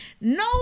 No